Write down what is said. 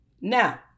Now